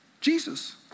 Jesus